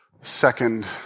second